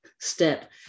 step